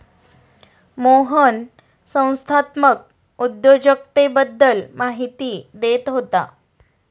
मोहन संस्थात्मक उद्योजकतेबद्दल माहिती देत होता